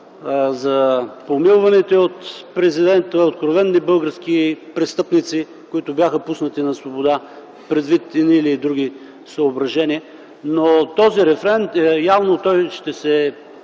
за помилваните от президента откровени български престъпници, които бяха пуснати на свобода, предвид едни или други съображения. Но този рефрен явно ще се